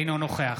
אינו נוכח